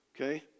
okay